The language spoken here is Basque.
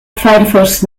firefox